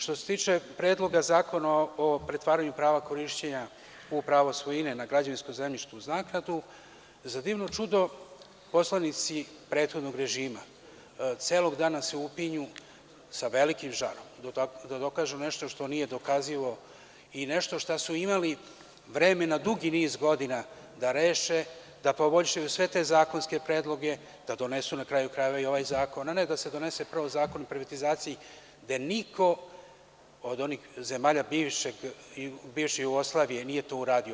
Što se tiče Predloga zakona o pretvaranju prava korišćenja u pravo svojine na građevinskom zemljištu uz naknadu, za divno čudo poslanici prethodnog režima celog dana se upinju sa velikim žarom da dokažu nešto što nije dokazivo i nešto što su imali vremena dugi niz godina da reše, da poboljšaju sve te zakonske predloge, da donesu, na kraju krajeva, i ovaj zakon, a ne da se donese prvo Zakon o privatizaciji gde niko od onih zemalja bivše Jugoslavije nije to uradio.